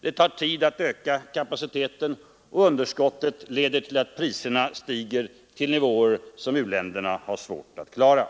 Det tar tid att öka kapaciteten, och underskottet leder till att priserna stiger till nivåer som u-länderna har svårt att klara.